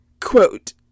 quote